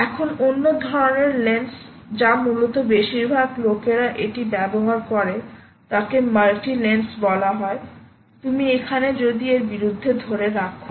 এখন অন্য ধরণের লেন্স যা মূলত বেশিরভাগ লোকেরা এটি ব্যবহার করে তাকে মাল্টি লেন্স বলা হয় তুমি এখানে যদি এর বিরুদ্ধে ধরে রাখো